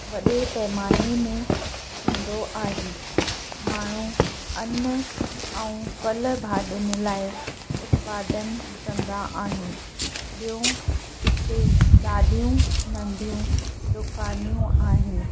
वॾे पैमाने में थींदो आहे माण्हू अन्न अऊं फ़ल भाजिन लाइ उत्पादन कंदा आहिनि ॿियो किथे ॾाढियूं नंढियूं दुकानियूं आहिनि